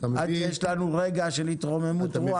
עד שיש לנו רגע של התרוממות רוח?